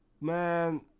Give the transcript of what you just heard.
man